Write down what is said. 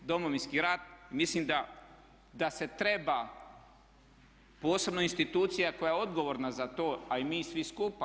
Domovinski rat mislim da se treba posebno institucija koja je odgovorna za to, a i mi svi skupa.